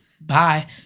bye